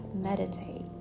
meditate